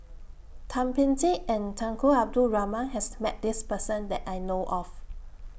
Thum Ping Tjin and Tunku Abdul Rahman has Met This Person that I know of